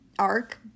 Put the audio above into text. arc